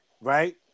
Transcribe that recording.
right